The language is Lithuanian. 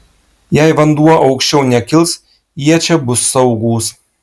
jei vanduo aukščiau nekils jie čia bus saugūs